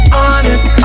honest